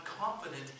confident